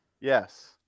Yes